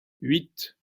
huit